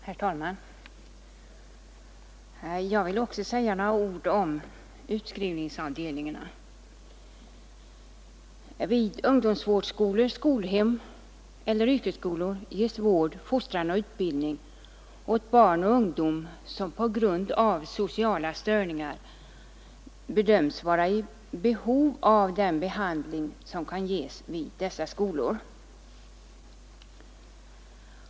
Herr talman! Även jag vill säga några ord om utskrivningsavdelningarna. Vid ungdomsvårdsskolor, skolhem eller yrkesskolor ges vård, fostran och utbildning åt barn och ungdom som på grund av sociala störningar bedöms vara i behov av den behandling som kan ges vid dessa skolor.